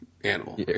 animal